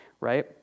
right